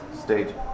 stage